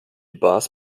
bars